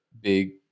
big